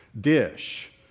dish